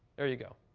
there you go.